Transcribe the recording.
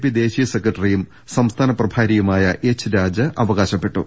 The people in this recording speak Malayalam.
പി ദേശീയ സെക്രട്ടറിയും സംസ്ഥാന പ്രഭാരിയുമായ എച്ച് രാജ അവകാശപ്പെട്ടു